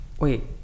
Wait